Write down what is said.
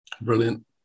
Brilliant